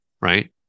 Right